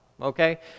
Okay